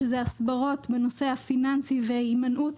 שזה הסברות בנושא הפיננסי והימנעות